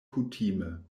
kutime